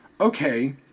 okay